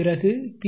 பிறகு பி